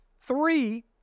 Three